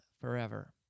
forever